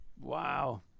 Wow